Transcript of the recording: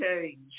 change